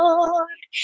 Lord